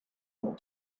not